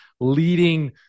leading